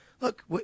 Look